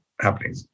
happening